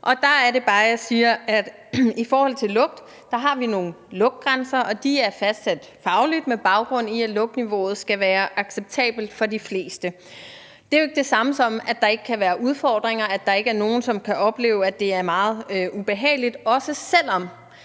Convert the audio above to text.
Og der er det bare, jeg siger, at i forhold til lugt har vi nogle lugtgrænser, og de er fastsat fagligt, med baggrund i at lugtniveauet skal være acceptabelt for de fleste. Det er jo ikke det samme, som at der ikke kan være udfordringer, og at der ikke er nogen, som kan opleve, at det er meget ubehageligt, også selv om